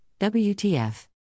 WTF